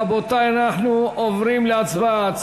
רבותי, אנחנו עוברים להצבעה.